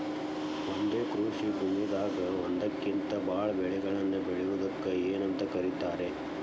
ಒಂದೇ ಕೃಷಿ ಭೂಮಿದಾಗ ಒಂದಕ್ಕಿಂತ ಭಾಳ ಬೆಳೆಗಳನ್ನ ಬೆಳೆಯುವುದಕ್ಕ ಏನಂತ ಕರಿತಾರೇ?